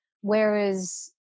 whereas